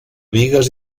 bigues